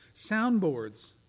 soundboards